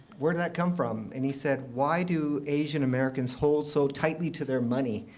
where did that come from? and he said, why do asian-americans hold so tightly to their money?